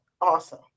awesome